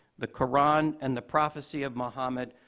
the quran and the prophecy of muhammad,